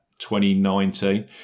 2019